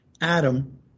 Adam